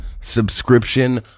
subscription